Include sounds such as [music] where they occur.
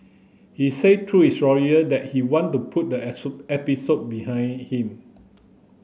he said through his lawyer that he want to put the [unintelligible] episode behind him